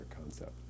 concept